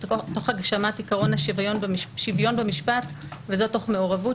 תוך הגשמת עיקרון השוויון במשפט וזאת תוך מעורבות,